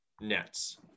Nets